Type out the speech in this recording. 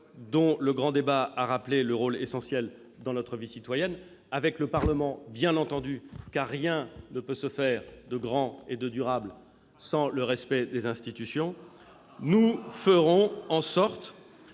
dont le grand débat a rappelé le rôle essentiel dans notre vie citoyenne, avec le Parlement, bien entendu, car rien ne peut se faire de grand ni de durable sans le respect des institutions, nous ferons en sorte